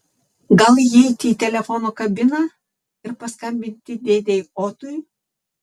gal įeiti į telefono kabiną ir paskambinti dėdei otui